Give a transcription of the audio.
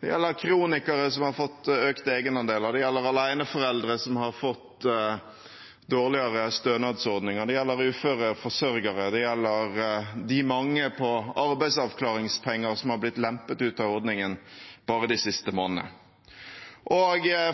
Det gjelder kronikere som har fått økte egenandeler. Det gjelder aleneforeldre som har fått dårligere stønadsordninger. Det gjelder uføre forsørgere. Det gjelder de mange på arbeidsavklaringspenger som har blitt lempet ut av ordningen bare de siste månedene.